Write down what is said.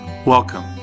Welcome